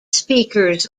speakers